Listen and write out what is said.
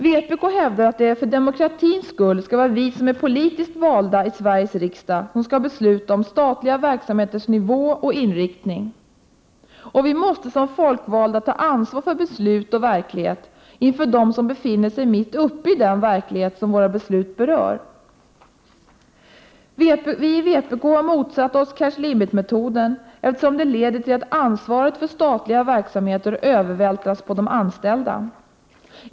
Vpk hävdar att det, för demokratins skull, skall vara vi som är politiskt valda i Sveriges riksdag som skall besluta om statliga verksamheters nivå och inriktning. Vi måste som folkvalda ta ansvar för beslut och verklighet inför dem som befinner sig mitt uppe i den verklighet som våra beslut berör. Vi i vpk har motsatt oss cash limit-metoden, eftersom den leder till att ansvaret för statliga verksamheter övervältras på de anställda.